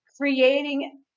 creating